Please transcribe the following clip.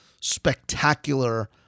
spectacular